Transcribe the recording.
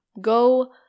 Go